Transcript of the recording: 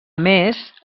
més